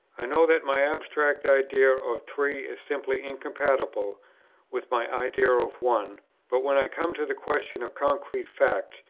i know that my abstract idea of three is simply incompatible with my idea of one but when i come to the question of concrete fact,